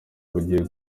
bugiye